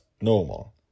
normal